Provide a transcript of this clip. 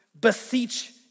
beseech